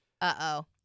Uh-oh